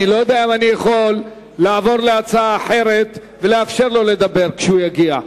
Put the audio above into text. אני לא יודע אם אני יכול לעבור להצעה אחרת ולאפשר לו לדבר כשהוא יגיע.